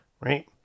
right